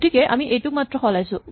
গতিকে আমি এইটোক মাত্ৰ সলাই দিলো